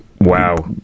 Wow